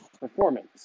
performance